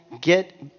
get